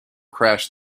crash